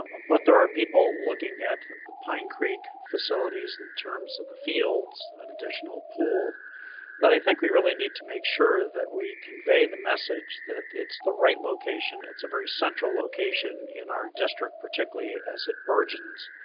ah but there are people looking at the pine creek facilities in terms of the fields. and additional pool that i think we really need to make sure that we convey the message that it's the right location. it's a very central location in our district, particularly as it burgeons.